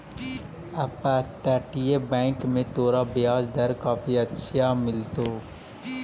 अपतटीय बैंक में तोरा ब्याज दर काफी अच्छे मिलतो